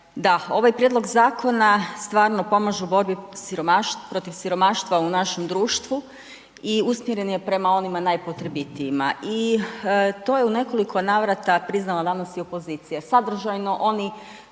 da, ovaj prijedlog zakona stvarno pomaže u borbi protiv siromaštva u našem društvu i usmjeren je prema onima najpotrebitijima i to je u nekoliko navrata priznala danas i opozicija. Sadržajno oni